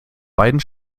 beiden